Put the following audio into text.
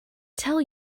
tell